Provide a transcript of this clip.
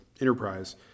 enterprise